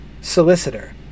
solicitor